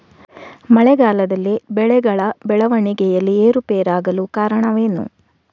ಮಳೆಗಾಲದಲ್ಲಿ ಬೆಳೆಗಳ ಬೆಳವಣಿಗೆಯಲ್ಲಿ ಏರುಪೇರಾಗಲು ಕಾರಣವೇನು?